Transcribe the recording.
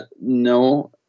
no